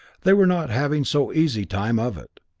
they were not having so easy time of it.